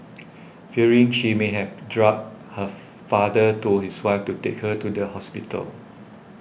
fearing she may have been drugged her father told his wife to take her to the hospital